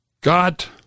got